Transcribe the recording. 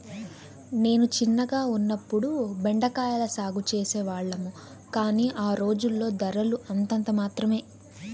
నేను చిన్నగా ఉన్నప్పుడు బెండ కాయల సాగు చేసే వాళ్లము, కానీ ఆ రోజుల్లో ధరలు అంతంత మాత్రమె